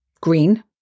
green